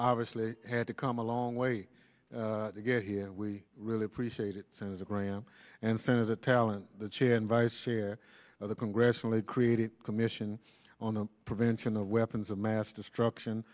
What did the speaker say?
obviously had to come a long way to get here and we really appreciate it senator graham and senator talent the chair and vice chair of the congressionally created commission on the prevention of weapons of mass destruction